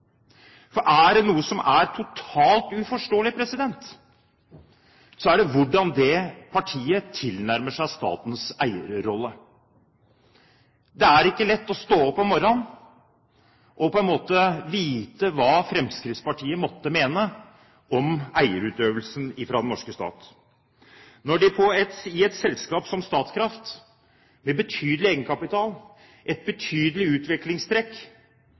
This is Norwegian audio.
er totalt uforståelig, er det hvordan det partiet tilnærmer seg statens eierrolle. Det er ikke lett «å stå opp om morran» og vite hva Fremskrittspartiet måtte mene om den norske stats eierskapsutøvelse. Når det gjelder et selskap som Statkraft, med betydelig egenkapital, med en betydelig